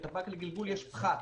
בטבק לגלגול יש פחת,